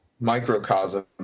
microcosm